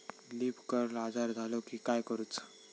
Leaf curl आजार झालो की काय करूच?